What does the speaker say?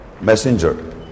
messenger